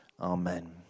Amen